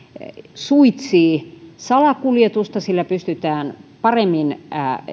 suitsii salakuljetusta sillä pystytään paremmin